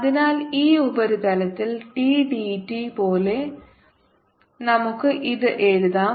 അതിനാൽ ഈ ഉപരിതലത്തിൽ d dt പോലെ നമുക്ക് ഇത് എഴുതാം